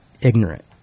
ignorant